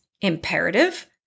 imperative